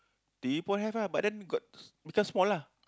T_V point have ah but then got because small lah